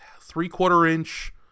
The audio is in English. three-quarter-inch